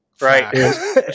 right